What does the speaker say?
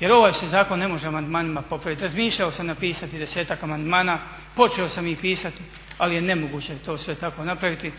jer ovaj zakon se ne može amandmanima popraviti. Razmišljao sam napisati desetak amandmana, počeo sam ih pisati ali je nemoguće to sve tako napraviti